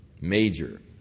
major